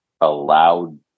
allowed